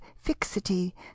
fixity